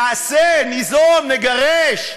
נעשה, ניזום, נגרש.